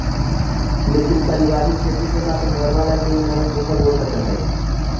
लेकिन पारिवारिक खेती से मात्र घर वाला के ही भरण पोषण हो सकऽ हई